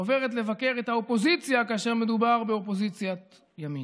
ועוברת לבקר את האופוזיציה כאשר מדובר באופוזיציית ימין.